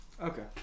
Okay